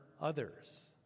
others